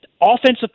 offensive